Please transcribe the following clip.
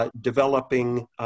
developing